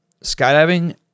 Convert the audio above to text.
skydiving